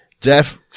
Jeff